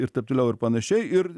ir taip toliau ir panašiai ir